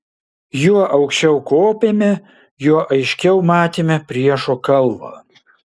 juo aukščiau kopėme juo aiškiau matėme priešo kalvą